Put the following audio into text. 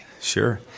Sure